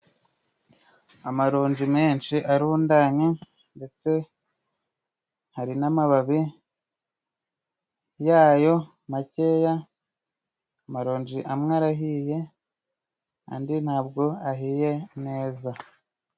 Amaronji menshi arundanye ndetse hari n'amababi yayo makeya, amaronji amwe arahiye andi ntabwo ahiye neza.